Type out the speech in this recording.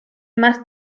más